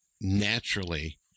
naturally